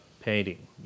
painting